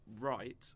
right